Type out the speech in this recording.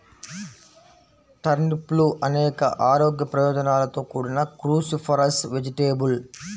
టర్నిప్లు అనేక ఆరోగ్య ప్రయోజనాలతో కూడిన క్రూసిఫరస్ వెజిటేబుల్